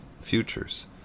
futures